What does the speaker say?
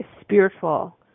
spiritual